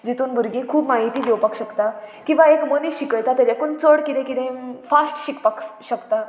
जितून भुरगीं खूब म्हायती घेवपाक शकता किंवां एक मनीस शिकयता तेज्याकून चड किदें किदें फास्ट शिकपाक शकता